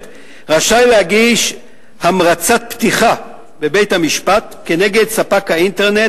רשאי להגיש המרצת פתיחה לבית-המשפט כנגד ספק האינטרנט,